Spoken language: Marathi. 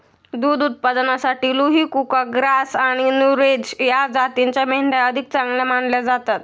दुध उत्पादनासाठी लुही, कुका, ग्राझ आणि नुरेझ या जातींच्या मेंढ्या अधिक चांगल्या मानल्या जातात